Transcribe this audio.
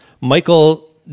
Michael